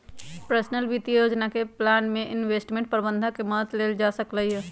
personal वित्तीय योजना के प्लान में इंवेस्टमेंट परबंधक के मदद लेल जा सकलई ह